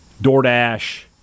DoorDash